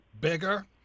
Bigger